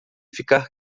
ficar